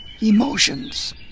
Emotions